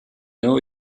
know